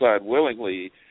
willingly